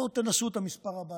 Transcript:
בואו תנסו את המספר הבא,